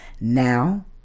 Now